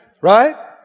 Right